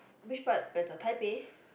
which part better Taipei